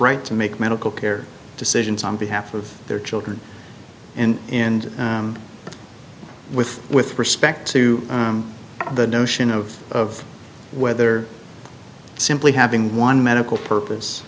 right to make medical care decisions on behalf of their children and in with with respect to the notion of whether simply having one medical purpose